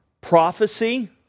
prophecy